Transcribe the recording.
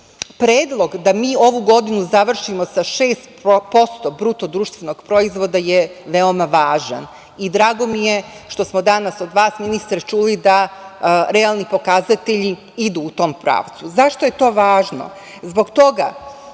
značaja. Predlog da mi ovu godinu završimo sa 6% BDP je veoma važan i drago mi je što smo danas od vas ministre čuli da realni pokazatelji idu u tom pravcu. Zašto je to važno?